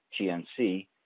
GNC